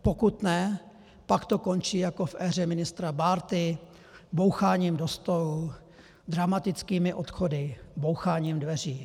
Pokud ne, pak to končí jako v éře ministra Bárty boucháním do stolu, dramatickými odchody, boucháním dveří.